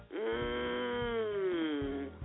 Mmm